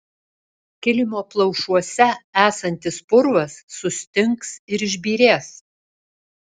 kilimo plaušuose esantis purvas sustings ir išbyrės